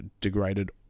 degraded